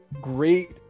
great